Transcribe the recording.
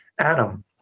Adam